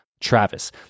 Travis